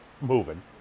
moving